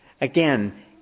again